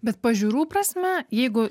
bet pažiūrų prasme jeigu